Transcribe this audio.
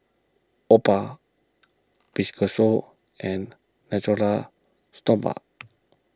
Oppo Fibrosol and Natura Stoma